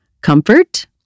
comfort